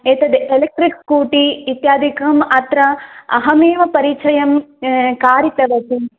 एतद् electric scooty इत्यादिकम् अत्र अहमेव परिचयं कारितवती